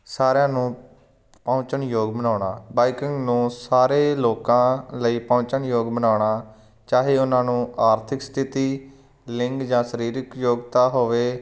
ਸਾਰਿਆਂ ਨੂੰ ਪਹੁੰਚਣਯੋਗ ਬਣਾਉਣਾ ਬਾਈਕਿੰਗ ਨੂੰ ਸਾਰੇ ਲੋਕਾਂ ਲਈ ਪਹੁੰਚਣਯੋਗ ਬਣਾਉਣਾ ਚਾਹੇ ਉਹਨਾਂ ਨੂੰ ਆਰਥਿਕ ਸਥਿਤੀ ਲਿੰਗ ਜਾਂ ਸਰੀਰਿਕ ਯੋਗਤਾ ਹੋਵੇ